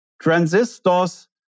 transistors